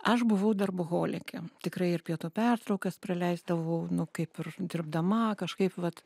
aš buvau darbholikė tikrai ir pietų pertraukas praleisdavau nu kaip ir dirbdama kažkaip vat